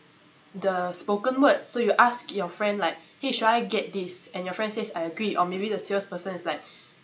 the spoken word so you ask your friend like !hey! should I get this and your friend says I agree or maybe the salesperson is like